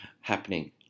happening